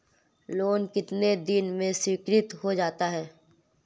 Loan कितने दिन में स्वीकृत हो जाता है?